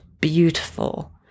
beautiful